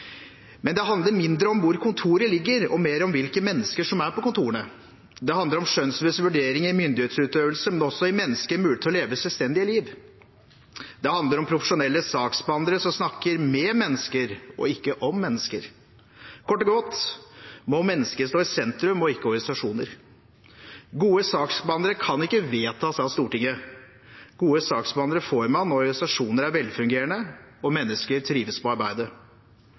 Det handler mindre om hvor kontoret ligger, og mer om hvilke mennesker som er på kontorene. Det handler om skjønnsmessige vurderinger, myndighetsutøvelse, men også om å gi mennesker muligheter til å leve selvstendige liv. Det handler om profesjonelle saksbehandlere som snakker med mennesker og ikke om mennesker. Kort og godt må mennesket stå i sentrum og ikke organisasjoner. Gode saksbehandlere kan ikke vedtas av Stortinget. Gode saksbehandlere får man når organisasjoner er velfungerende og mennesker trives på arbeidet.